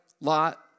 Lot